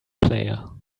player